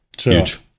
huge